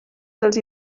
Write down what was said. dels